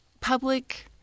public –